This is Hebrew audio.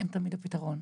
הם תמיד הפתרון.